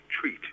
treat